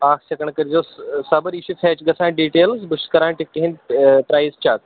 اکھ سیٚکینٛڈ کٔرِۍزیٚو صَبر یہِ چھِ فیچ گژھان ڈِٹیلٕز بہٕ چھُس کٔران ٹِکٹہٕ ہُنٛد پرٛایِز چَک